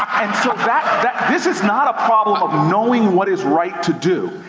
and so this is not a problem of knowing what is right to do,